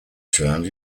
turned